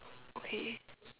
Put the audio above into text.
okay